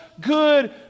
good